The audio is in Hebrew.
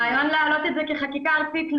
הרעיון להעלות את זה כחקיקה ארצית,